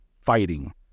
fighting